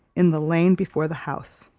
in the lane before the house.